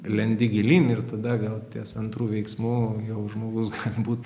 lendi gilyn ir tada gal ties antru veiksmu jau žmogus galbūt